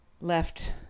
left